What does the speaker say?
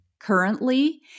Currently